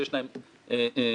יש מקום שנקרא קמאטק.